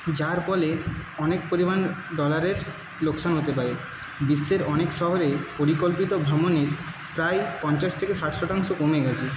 যার ফলে অনেক পরিমান ডলারের লোকসান হতে পারে বিশ্বের অনেক শহরের পরিকল্পিত ভ্রমণের প্রায় পঞ্চাশ থেকে ষাট শতাংশ কমে গেছে